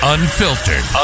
Unfiltered